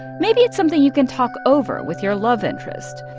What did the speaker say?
maybe it's something you can talk over with your love interest.